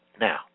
Now